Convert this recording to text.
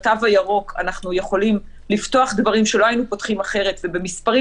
בתו הירוק אנחנו יכולים לפתוח דברים שלא היינו פותחים אחרת ובמספרים